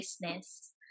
business